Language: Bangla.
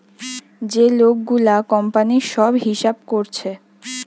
যে লোক গুলা কোম্পানির সব হিসাব কোরছে